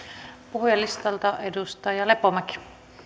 puhujalistalta edustaja lepomäki